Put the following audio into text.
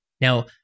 Now